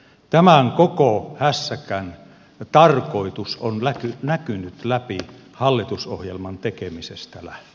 tämän koko hässäkän tarkoitus on näkynyt läpi hallitusohjelman tekemisestä lähtien